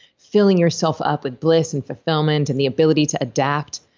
filling yourself up with bliss and fulfillment and the ability to adapt,